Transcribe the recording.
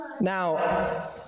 Now